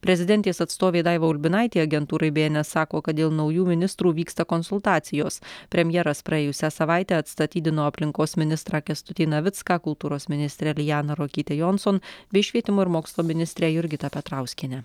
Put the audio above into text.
prezidentės atstovė daiva ulbinaitė agentūrai bė en es sako kad dėl naujų ministrų vyksta konsultacijos premjeras praėjusią savaitę atstatydino aplinkos ministrą kęstutį navicką kultūros ministrę lianą ruokytę jonson bei švietimo ir mokslo ministrę jurgitą petrauskienę